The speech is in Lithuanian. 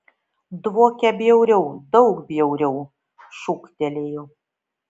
dvokia bjauriau daug bjauriau šūktelėjo